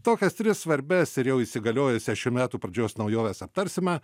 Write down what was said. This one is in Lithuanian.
tokias tris svarbias ir jau įsigaliojusias šių metų pradžios naujoves aptarsime